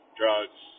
drugs